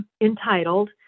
entitled